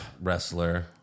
wrestler